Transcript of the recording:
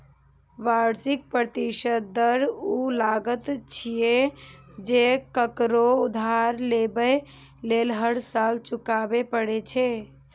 वार्षिक प्रतिशत दर ऊ लागत छियै, जे ककरो उधार लेबय लेल हर साल चुकबै पड़ै छै